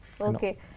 Okay